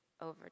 over